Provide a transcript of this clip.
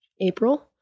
April